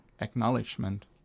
acknowledgement